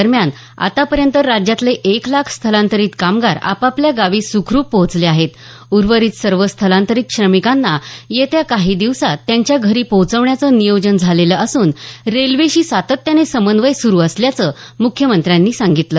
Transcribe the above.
दरम्यान आतपर्यंत राज्यातले एक लाख लोक आपापल्या गावी सुखरूप पोहचले आहेत उर्वरित सर्व स्थलांतरित श्रमिकांना येत्या काही दिवसांत त्यांच्या घरी पोहोचवण्याचं नियोजन झालेलं असून रेल्वेशी सातत्याने समन्वय सुरू असल्याचं मुख्यमंत्र्यांनी सांगितलं